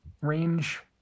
range